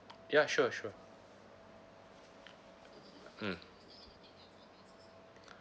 ya sure sure mmhmm